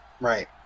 Right